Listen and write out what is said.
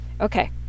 Okay